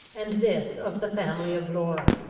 and this of the family of laura.